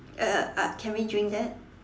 uh I can we drink that